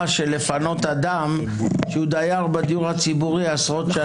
לפנות האדם שהוא דייר בדיור הציבורי עשרות שנים,